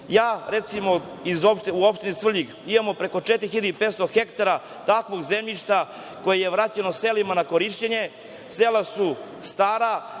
pojedinci.U opštini Svrljig imamo preko 4.500 hektara takvog zemljišta koje je vraćeno selima na korišćenje, sela su stara